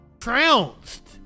Trounced